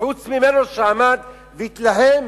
חוץ ממנו, שעמד והתלהם